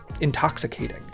intoxicating